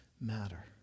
matter